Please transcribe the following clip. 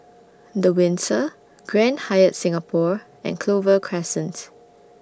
The Windsor Grand Hyatt Singapore and Clover Crescent